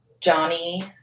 Johnny